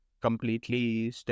completely